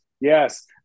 Yes